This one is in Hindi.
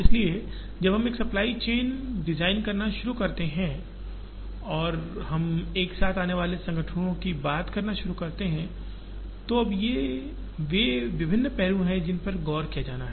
इसलिए जब हम एक सप्लाई चेन डिजाइन करना शुरू करते हैं और हम एक साथ आने वाले संगठनों की बात करना शुरू करते हैं तो अब ये वे विभिन्न पहलू हैं जिन पर गौर किया जाना है